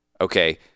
Okay